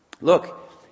look